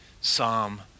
psalm